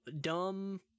dumb